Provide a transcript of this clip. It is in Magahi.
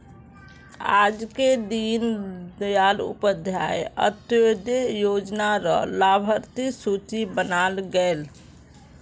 आजके दीन दयाल उपाध्याय अंत्योदय योजना र लाभार्थिर सूची बनाल गयेल